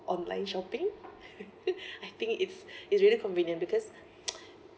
online shopping I think it's it's really convenient because